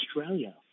Australia